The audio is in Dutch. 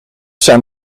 zijn